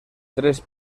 tres